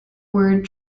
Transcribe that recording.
word